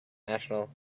national